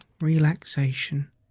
relaxation